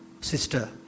sister